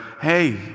hey